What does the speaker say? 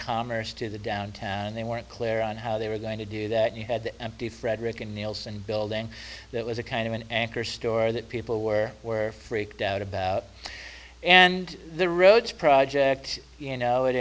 commerce to the downtown they weren't clear on how they were going to do that you had to empty frederick and nails and building that was a kind of an anchor store that people were were freaked out about and the roads project you know it